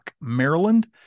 Maryland